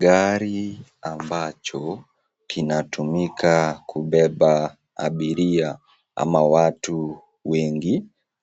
Gari ambacho kinatumika kubeba abiria ama watu wengi